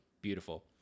Beautiful